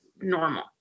normal